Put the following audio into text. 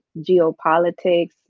geopolitics